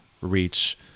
reach